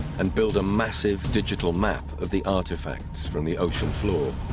and build a massive digital map of the artifacts from the ocean floor